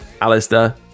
Alistair